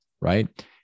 right